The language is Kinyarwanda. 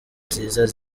nziza